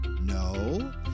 No